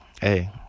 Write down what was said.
hey